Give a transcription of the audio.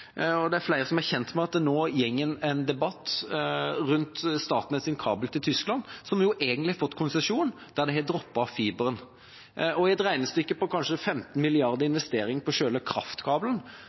inn i Norge. Flere er kjent med at det pågår en debatt rundt Statnetts kabel til Tyskland, som egentlig har fått konsesjon, og der en har droppet fiberen. I et regnestykke på kanskje 15 mrd. kr i investering på selve kraftkabelen